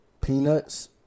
peanuts